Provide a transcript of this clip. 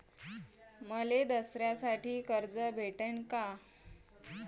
मले दसऱ्यासाठी कर्ज भेटन का?